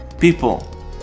people